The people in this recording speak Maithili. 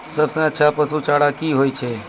सबसे अच्छा पसु चारा की होय छै?